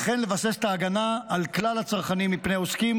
וכן לבסס את ההגנה על כלל הצרכנים מפני עוסקים